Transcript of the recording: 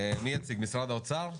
משרד האוצר,